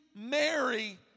Mary